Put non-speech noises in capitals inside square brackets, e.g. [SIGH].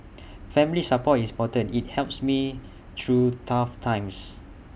[NOISE] family support is important IT helps me through tough times